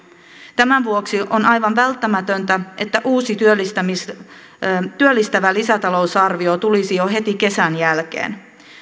tämän vuoksi on aivan välttämätöntä että uusi työllistävä lisätalousarvio tulisi jo heti kesän jälkeen